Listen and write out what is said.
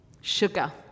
sugar